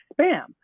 spam